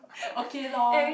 okay lor